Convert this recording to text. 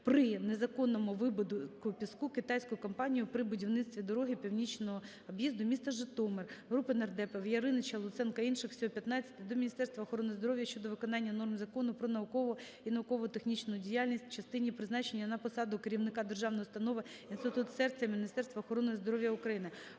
при незаконному видобутку піску китайською компанією при будівництві дороги північного об’їзду міста Житомир. Групи нардепів (Яриніча, Луценко інших; всього 15) до Міністерства охорони здоров'я щодо виконання норм Закону України "Про наукову і науково-технічну діяльність" в частині призначення на посаду керівника державної установи "Інститут серця Міністерства охорони здоров'я України".